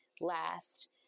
last